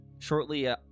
Shortly